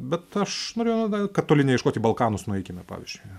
bet aš noriu kad toli neieškoti į balkanus nueikime pavyzdžiui